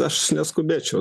aš neskubėčiau